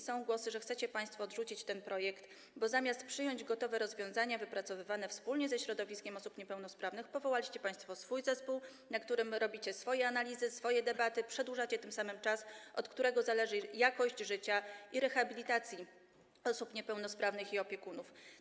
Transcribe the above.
Są głosy, że chcecie państwo go odrzucić, bo zamiast przyjąć gotowe rozwiązania wypracowywane wspólnie ze środowiskiem osób niepełnosprawnych, powołaliście państwo swój zespół, w którym robicie swoje analizy, swoje debaty, przedłużacie tym samym czas, od którego zależy jakość życia i rehabilitacji osób niepełnosprawnych, a także jakość życia opiekunów.